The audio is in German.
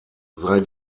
sei